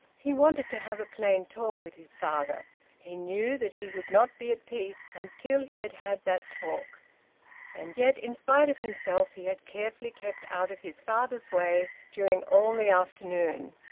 he wanted to have a plain talk with his father he knew that he would not be at peace until he had had that talk and yet in spite of himself he had carefully kept out of his father's way during all the afternoon,